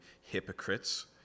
hypocrites